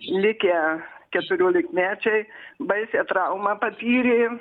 likę keturiolikmečiai baisią traumą patyrė